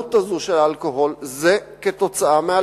העלות הזאת, של האלכוהול, זה כתוצאה מאלכוהול.